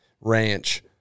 ranch